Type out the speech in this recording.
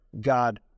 God